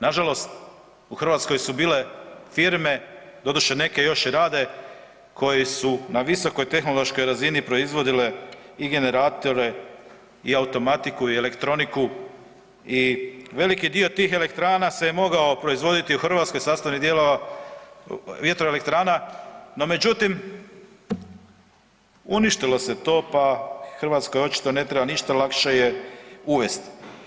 Nažalost u Hrvatskoj su bile firme, doduše neke još i rade koje su na visokoj tehnološkoj razini proizvodile i generatore i automatiku i elektroniku i veliki dio tih elektrana se je mogao proizvoditi u Hrvatskoj, sastavnih dijelova vjetroelektrana no međutim uništilo se pa Hrvatskoj očito ne treba ništa lakše je uvest.